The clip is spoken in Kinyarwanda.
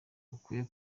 ukwiriye